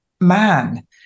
man